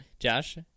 Josh